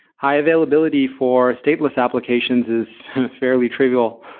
high-availability for stateless applications is fairly trivial.